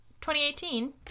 2018